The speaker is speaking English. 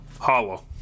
hollow